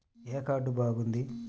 ఏ card బాగుంది?